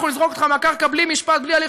אנחנו נזרוק אותך מהקרקע בלי משפט,